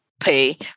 pay